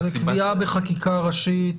זה מגיע בחקיקה ראשית.